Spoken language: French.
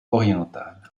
orientales